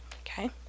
Okay